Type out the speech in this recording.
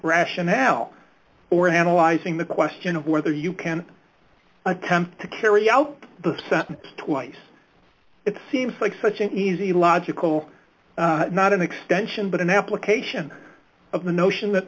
rationale or analyzing the question of whether you can attempt to carry out the sentence twice it seems like such an easy logical not an extension but an application of the notion that